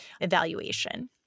evaluation